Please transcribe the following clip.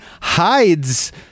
hides